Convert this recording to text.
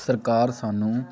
ਸਰਕਾਰ ਸਾਨੂੰ